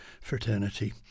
fraternity